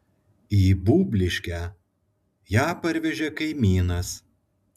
į būbliškę ją parvežė kaimynas